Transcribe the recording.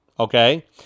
Okay